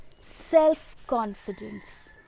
self-confidence